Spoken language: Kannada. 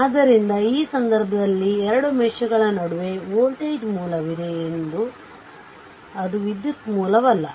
ಆದ್ದರಿಂದ ಈ ಸಂದರ್ಭದಲ್ಲಿ 2 ಮೇಶ್ ಗಳ ನಡುವೆ ವೋಲ್ಟೇಜ್ ಮೂಲವಿದೆ ಅದು ವಿದ್ಯುತ್ ಮೂಲವಲ್ಲ